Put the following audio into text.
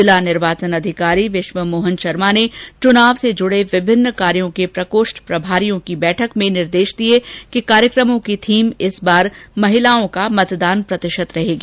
जिला निर्वाचन अधिकारी विश्व मोहन शर्मा ने चुनाव से जुड़े विभिन्न कार्यों के प्रकोष्ठ प्रभारियों की बैठक में निर्देश दिए कि कार्यक्रमों की थीम इस बार महिलाओं का मतदान प्रतिशत रहेगी